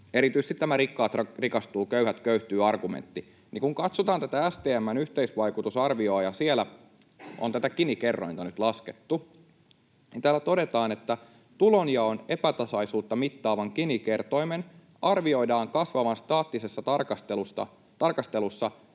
erityisesti tämä rikkaat rikastuvat, köyhät köyhtyvät ‑argumentti, ja kun katsotaan tätä STM:n yhteisvaikutusarviota ja siellä on tätä Gini-kerrointa nyt laskettu, niin täällä todetaan, että tulonjaon epätasaisuutta mittaavan Gini-kertoimen arvioidaan kasvavan staattisessa tarkastelussa 27,62